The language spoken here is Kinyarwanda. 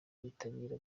baritabira